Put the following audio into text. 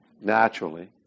naturally